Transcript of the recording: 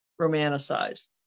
romanticize